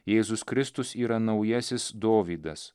jėzus kristus yra naujasis dovydas